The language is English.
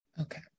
okay